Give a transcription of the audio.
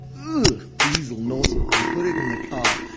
but diesel nozzle, and put it in the car,